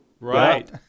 Right